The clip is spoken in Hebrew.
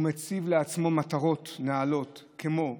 הוא מציב לעצמו מטרות נעלות כמו מוסריות,